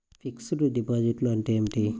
Fixed డిపాజిట్లు అంటే ఏమిటి?